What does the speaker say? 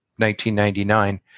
1999